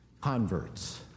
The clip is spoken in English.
converts